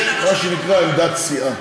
יש מה שנקרא עמדת סיעה,